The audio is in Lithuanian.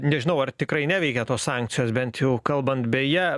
nežinau ar tikrai neveikia tos sankcijos bent jau kalbant beje